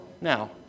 now